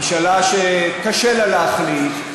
ממשלה שקשה לה להחליט.